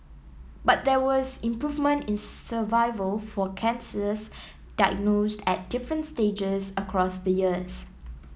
but there was improvement in survival for cancers diagnosed at different stages across the years